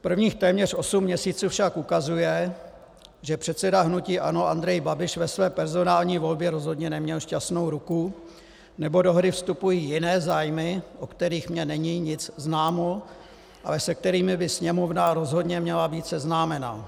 Prvních téměř osm měsíců však ukazuje, že předseda hnuti ANO Andrej Babiš ve své personální volbě rozhodně neměl šťastnou ruku, nebo do hry vstupují jiné zájmy, o kterých mně není nic známo, ale se kterými by Sněmovna rozhodně měla být seznámena.